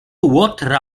łotra